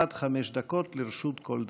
עד חמש דקות לרשות כל דובר.